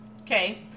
Okay